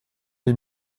les